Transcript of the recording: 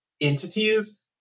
entities